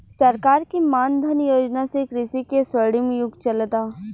सरकार के मान धन योजना से कृषि के स्वर्णिम युग चलता